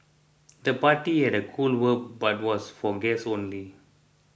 the party had a cool vibe but was for guests only